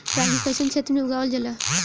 रागी कइसन क्षेत्र में उगावल जला?